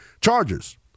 Chargers